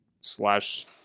slash